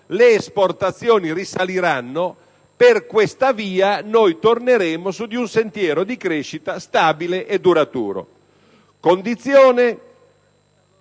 le esportazioni risaliranno. Per questa via, torneremo su di un sentiero di crescita stabile e duraturo, a condizione